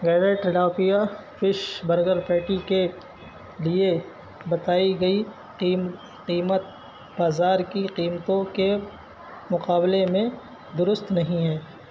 گیرے کلافیا fish burger patty کے لیے بتائی گئی قیم قیمت بازار کی قیمتوں کے مقابلے میں درست نہیں ہے